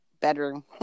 bedroom